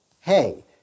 hey